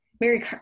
Mary